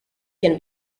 can